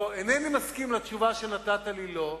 אינני מסכים לתשובה שנתת לי, "לא",